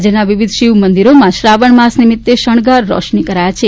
રાજયના વિવિધ શિવમંદીરોમાં શ્રાવણ માસ નિમિત્તે શણગાર રોશની કરાયા છે